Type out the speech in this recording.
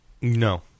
No